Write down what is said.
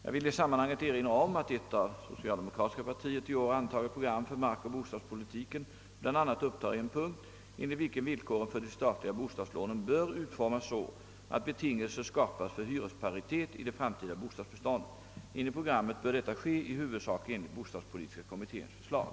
Jag vill i sammanhanget erinra om att ett av socialdemokratiska partiet i år antaget program för markoch bostadspolitiken bl.a. upptar en punkt, enligt vilken villkoren för de statliga bostadslånen bör utformas så, att betingelser skapas för hyresparitet i det framtida bostadsbeståndet. Enligt programmet bör detta ske i huvudsak enligt bostadspolitiska kommitténs förslag.